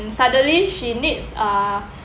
suddenly she needs uh